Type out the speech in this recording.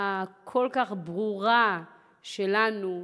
הכל-כך ברורה שלנו.